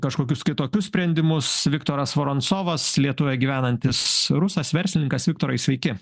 kažkokius kitokius sprendimus viktoras voronsovas lietuvė gyvenantis rusas verslininkas viktorai sveiki